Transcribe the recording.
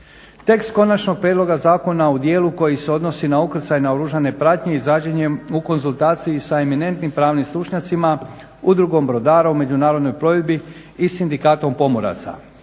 Tekst konačnog prijedloga zakona u dijelu koji se odnosi na ukrcaj naoružane pratnje izrađen je u konzultaciji sa eminentnim pravnim stručnjacima, Udrugom brodara u međunarodnoj plovidbi i Sindikatom pomoraca.